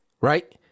Right